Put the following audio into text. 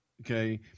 okay